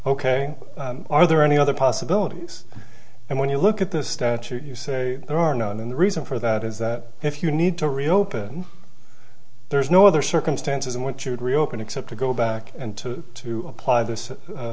ok are there any other possibilities and when you look at this statute you say there are no and the reason for that is that if you need to reopen there's no other circumstances in which you would reopen except to go back and to to apply this